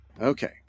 Okay